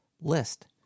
list